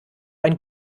ein